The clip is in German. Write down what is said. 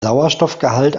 sauerstoffgehalt